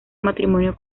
matrimonio